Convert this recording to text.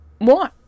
more